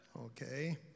Okay